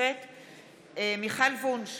בהצבעה מיכל וונש,